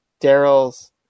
Daryl's